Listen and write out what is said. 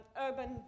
urban